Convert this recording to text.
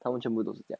他们全部都是